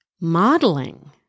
Modeling